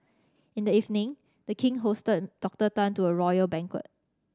in the evening The King hosted Doctor Tan to a royal banquet